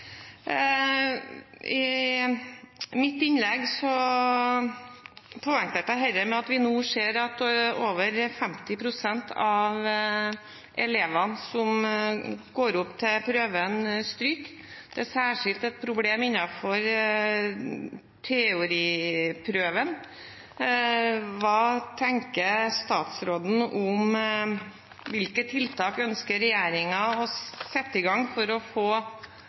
I mitt innlegg poengterte jeg dette med at vi nå ser at over 50 pst. av elevene som går opp til prøven, stryker. Det er særskilt et problem innenfor teoriprøven. Hvilke tiltak ønsker regjeringen å sette i gang for å få